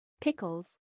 pickles